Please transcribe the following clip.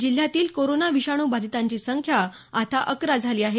जिल्ह्यातील कोरोना विषाणूबाधितांची संख्या आता अकरा झाली आहे